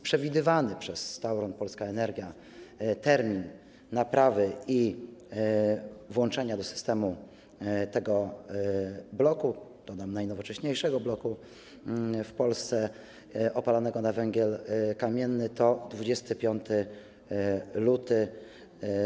Przewidywany przez Tauron Polska Energia termin naprawy i włączenia do systemu tego bloku - dodam: najnowocześniejszego bloku w Polsce opalanego na węgiel kamienny - to 25 lutego.